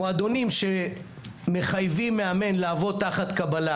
מועדונים שמחייבים מאמן לעבוד תחת קבלה,